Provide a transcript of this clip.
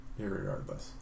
Irregardless